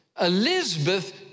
Elizabeth